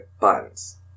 buns